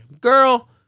Girl